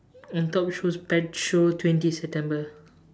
on top shows pet show twenty september